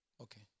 Okay